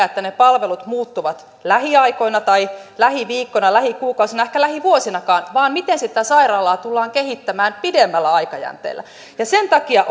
että ehkä ne palvelut muuttuvat lähiaikoina tai lähiviikkoina lähikuukausina tai lähivuosina vaan siitä miten sitä sairaalaa tullaan kehittämään pidemmällä aikajänteellä ja sen takia